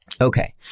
Okay